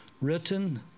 written